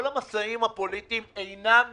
כל המשאים ומתנים הפוליטיים אינם מענייני.